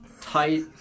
tight